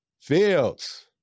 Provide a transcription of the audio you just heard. Fields